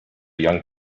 young